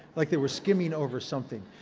like they were skimming over something.